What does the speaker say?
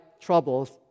troubles